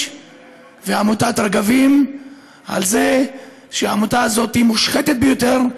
ועמותת רגבים על זה שהעמותה הזאת מושחתת ביותר,